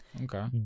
Okay